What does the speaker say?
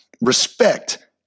Respect